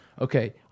okay